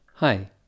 Hi